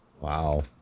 Wow